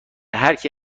هرکی